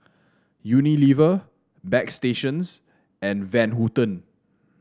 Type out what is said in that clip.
Unilever Bagstationz and Van Houten